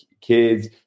kids